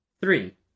Three